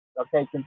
okay